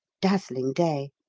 dazzling day.